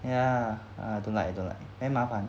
ya I don't like I don't like very 麻烦